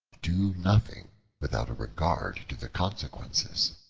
do nothing without a regard to the consequences.